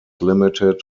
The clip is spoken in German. limited